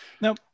Now